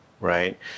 right